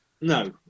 No